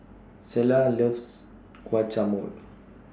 Selah loves Guacamole